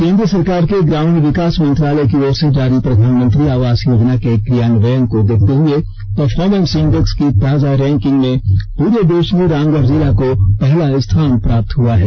केंद्र सरकार के ग्रामीण विकास मंत्रालय की ओर से जारी प्रधानमंत्री आवास योजना के क्रियान्वयन को देखते हुए परफॉरमेंस इण्डेक्स की ताजा रैंकिंग में पूरे देश में रामगढ़ जिला को पहला स्थान प्राप्त हुआ है